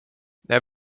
när